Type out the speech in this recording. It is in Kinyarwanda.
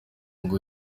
ngo